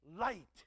light